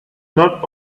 not